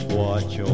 watch